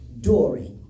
Dory